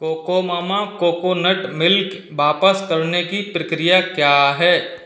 cocoa मामा coconut milk वापस करने की प्रक्रिया क्या है